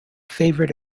favoured